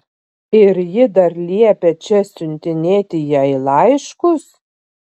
ir ji dar liepia čia siuntinėti jai laiškus